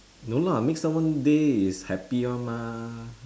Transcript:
no lah make someone day is happy [one] mah